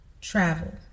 travel